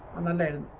and the lead